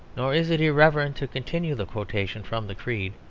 nor is it irreverent to continue the quotation from the creed,